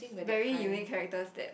very unique characters that